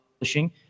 publishing